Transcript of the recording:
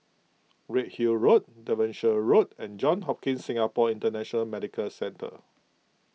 Redhill Road Devonshire Road and Johns Hopkins Singapore International Medical Centre